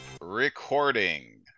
Recording